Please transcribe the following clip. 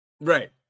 right